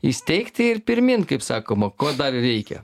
įsteigti ir pirmyn kaip sakoma ko dar reikia